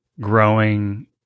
growing